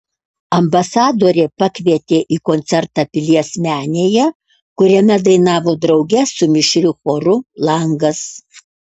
ambasadorė pakvietė į koncertą pilies menėje kuriame dainavo drauge su mišriu choru langas